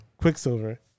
Quicksilver